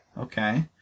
Okay